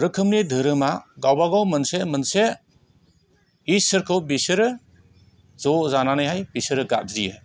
रोखोमनि धोरोमा गावबागाव मोनसे मोनसे इसोरखौ बिसोरो ज' जानानैहाय बिसोरो गाबज्रियो